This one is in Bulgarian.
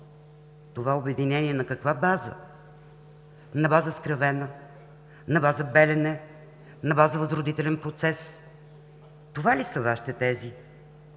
това обединение, но на каква база? На база Скравена, на база Белене, на база възродителен процес?! Това ли са Вашите тези?